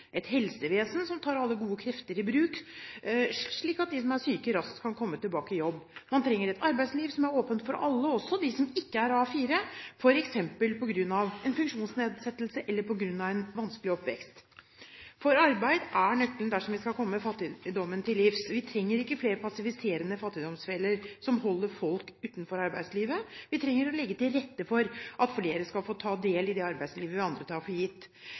et helsevesen som tar alle gode krefter i bruk, slik at de som er syke, raskt kan komme tilbake i jobb. Man trenger et arbeidsliv som er åpent for alle, også for dem som ikke er A4, f.eks. på grunn av en funksjonsnedsettelse eller på grunn av en vanskelig oppvekst. For arbeid er nøkkelen dersom vi skal komme fattigdommen til livs. Vi trenger ikke flere passiviserende fattigdomsfeller som holder folk utenfor arbeidslivet – vi trenger å legge til rette for at flere skal få ta del i det arbeidslivet vi andre tar for gitt.